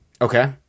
Okay